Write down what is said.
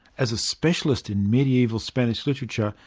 as a specialist in medieval spanish literature,